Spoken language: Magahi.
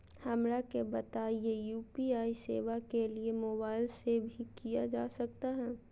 हमरा के बताइए यू.पी.आई सेवा के लिए मोबाइल से भी किया जा सकता है?